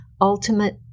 ultimate